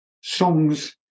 songs